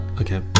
okay